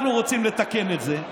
אנחנו רוצים לתקן את זה.